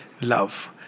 love